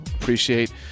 Appreciate